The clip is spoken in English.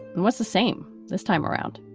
and what's the same? this time around,